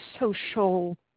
social